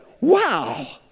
wow